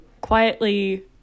quietly